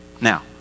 Now